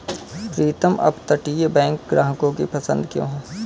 प्रीतम अपतटीय बैंक ग्राहकों की पसंद क्यों है?